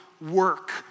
work